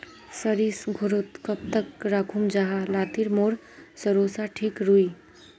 सरिस घोरोत कब तक राखुम जाहा लात्तिर मोर सरोसा ठिक रुई?